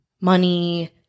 money